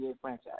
franchise